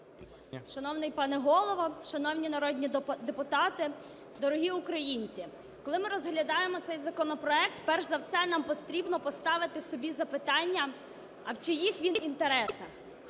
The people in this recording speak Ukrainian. Шановний пане Голово, шановні народні депутати, дорогі українці! Коли ми розглядаємо цей законопроект, перш за все, нам потрібно поставити собі запитання: а в чиїх він інтересах,